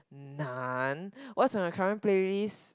none what's on your current playlist